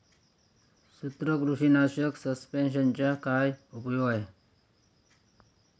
सूत्रकृमीनाशक सस्पेंशनचा काय उपयोग आहे?